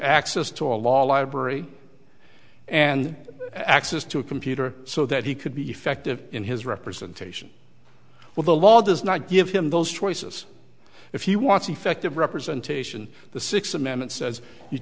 access to a law library and access to a computer so that he could be effective in his representation well the law does not give him those choices if he wants effective representation the sixth amendment says